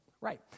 right